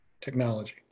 technology